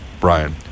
Brian